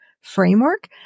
framework